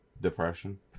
Depression